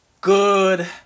Good